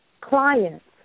clients